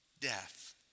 Death